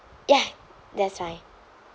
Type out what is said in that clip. ya that's fine